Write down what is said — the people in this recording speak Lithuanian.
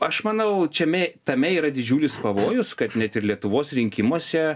aš manau čiame tame yra didžiulis pavojus kad ne ir lietuvos rinkimuose